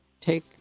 take